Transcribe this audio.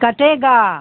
कटेगा